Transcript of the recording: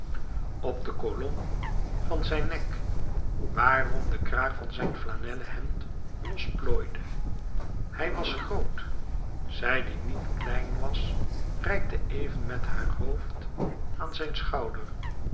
op de kolom van zijn nek waarom de kraag van zijn flanellen hemd los plooide hij was groot zij die niet klein was reikte even met haar hoofd aan zijn schouder